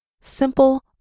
simple